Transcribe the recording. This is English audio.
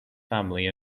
family